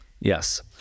Yes